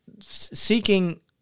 Seeking